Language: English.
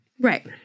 Right